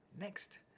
Next